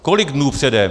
Kolik dnů předem?